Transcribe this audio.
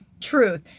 truth